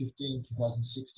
2015-2016